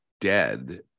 dead